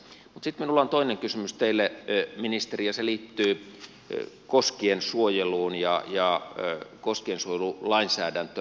mutta sitten minulla on toinen kysymys teille ministeri ja se liittyy koskiensuojeluun ja koskiensuojelulainsäädäntöön